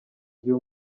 gihe